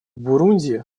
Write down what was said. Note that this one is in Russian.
бурунди